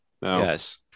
Yes